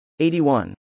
81